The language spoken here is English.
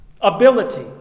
ability